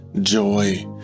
joy